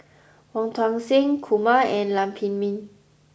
Wong Tuang Seng Kumar and Lam Pin Min